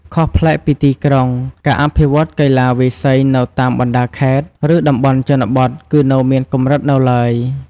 ខុសប្លែកពីទីក្រុង ការអភិវឌ្ឍន៍កីឡាវាយសីនៅតាមបណ្ដាខេត្ត ឬតំបន់ជនបទគឺនៅមានកម្រិតនៅទ្បើយ។